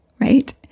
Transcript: right